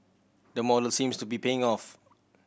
the model seems to be paying off